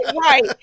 right